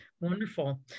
Wonderful